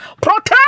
Protect